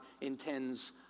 intends